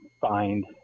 find